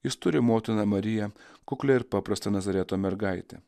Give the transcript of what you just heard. jis turi motiną mariją kuklią ir paprastą nazareto mergaitę